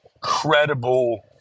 credible